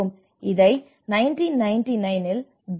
இதை 1999 இல் டி